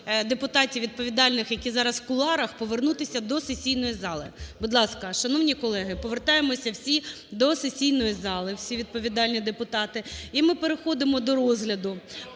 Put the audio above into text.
депутатів відповідальних, які зараз у кулуарах, повернутися до сесійної зали. Будь ласка, шановні колеги, повертаємося всі до сесійної зали, всі відповідальні депутати. І ми переходимо до розгляду